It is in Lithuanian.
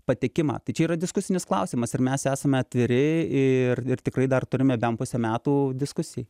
patekimą tai čia yra diskusinis klausimas ir mes esame atviri ir ir tikrai dar turime bent pusę metų diskusijai